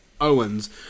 Owens